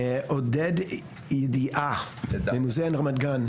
עודד ידעיה ממוזיאון רמת גן,